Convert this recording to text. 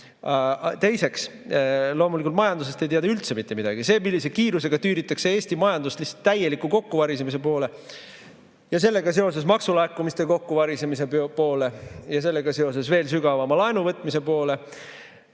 Teiseks, loomulikult majandusest ei tea te üldse mitte midagi. See, millise kiirusega tüüritakse Eesti majandust täieliku kokkuvarisemise poole ja sellega seoses maksulaekumiste kokkuvarisemise poole ja sellega seoses veel [suurema] laenu võtmise poole